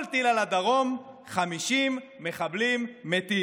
כל טיל על הדרום, 50 מחבלים מתים,